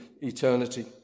eternity